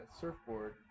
surfboard